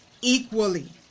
equally